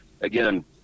again